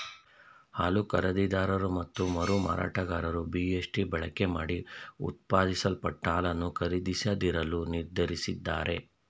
ಹಾಲು ಖರೀದಿದಾರರು ಮತ್ತು ಮರುಮಾರಾಟಗಾರರು ಬಿ.ಎಸ್.ಟಿ ಬಳಕೆಮಾಡಿ ಉತ್ಪಾದಿಸಲ್ಪಟ್ಟ ಹಾಲನ್ನು ಖರೀದಿಸದಿರಲು ನಿರ್ಧರಿಸಿದ್ದಾರೆ